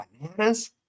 bananas